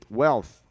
wealth